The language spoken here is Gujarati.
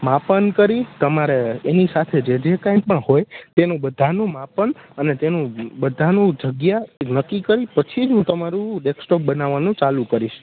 માપન કરી તમારે એની સાથે જે જે કાંઇ પણ હોય તેનું બધાનું માપન અને તેનું બધાનું જગ્યા એ નક્કી કરી પછી જ હું તમારું ડેક્સટોપ બનાવવાનું ચાલું કરીશ